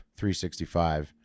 365